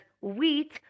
wheat